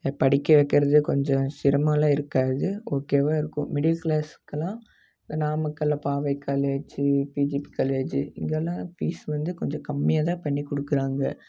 படிக்க வைக்கறது கொஞ்சம் சிரமெலாம் இருக்காது ஓகேவாக இருக்கும் மிடில் கிளாஸ்கெல்லாம் இந்த நாமக்கல்லில் பாவை காலேஜு பிஜிபி காலேஜு இங்கே எல்லாம் ஃபீஸ் வந்து கொஞ்சம் கம்மியாக தான் பண்ணி கொடுக்குறாங்க